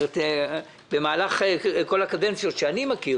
במהלך כל הקדנציות שאני מכיר